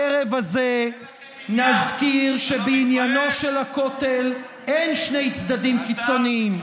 גם הערב הזה נזכיר שבעניינו של הכותל אין שני צדדים קיצוניים,